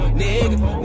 nigga